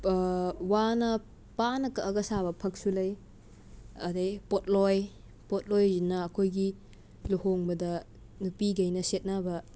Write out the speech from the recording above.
ꯋꯥꯅ ꯄꯥꯅ ꯀꯛꯂꯒ ꯁꯥꯕ ꯐꯛꯁꯨ ꯂꯩ ꯑꯗꯩ ꯄꯣꯠꯂꯣꯏ ꯄꯣꯠꯂꯣꯏꯁꯤꯅ ꯑꯩꯈꯣꯏꯒꯤ ꯂꯨꯍꯣꯡꯕꯗ ꯅꯨꯄꯤꯈꯩꯅ ꯁꯦꯠꯅꯕ